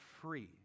free